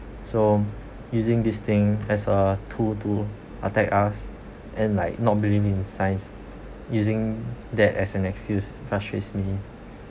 so using this thing as a tool to protect us and like not believe in science using that as an excuse frustrates me